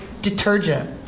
detergent